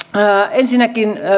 ensinnäkin